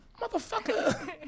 Motherfucker